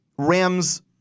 Rams